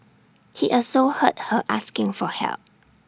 he also heard her asking for help